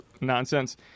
nonsense